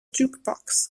jukebox